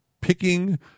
picking